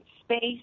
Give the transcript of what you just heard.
space